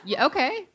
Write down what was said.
Okay